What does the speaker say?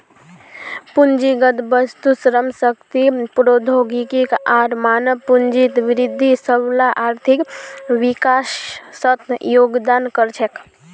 पूंजीगत वस्तु, श्रम शक्ति, प्रौद्योगिकी आर मानव पूंजीत वृद्धि सबला आर्थिक विकासत योगदान कर छेक